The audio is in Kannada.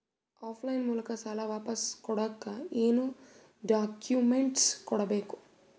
ಆಫ್ ಲೈನ್ ಮೂಲಕ ಸಾಲ ವಾಪಸ್ ಕೊಡಕ್ ಏನು ಡಾಕ್ಯೂಮೆಂಟ್ಸ್ ಕೊಡಬೇಕು?